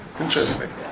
Interesting